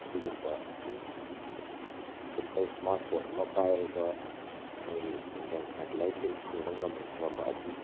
ꯑꯗꯨꯒꯨꯝꯕ ꯃꯤ simple smart phone ꯑꯃ ꯄꯥꯏꯔꯒ ꯃꯣꯏꯒꯤ ꯏꯟꯇꯦꯜ ꯁꯦꯇꯦꯂꯥꯏꯠ ꯂꯤꯡ꯭ꯛ ꯐꯪꯕ ꯉꯝ ꯉꯝꯃꯛꯑꯗꯤ